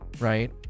Right